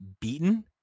beaten